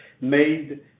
made